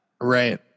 right